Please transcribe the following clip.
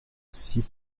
six